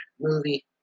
movie